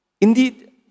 Indeed